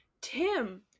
Tim